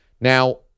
Now